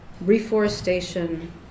Reforestation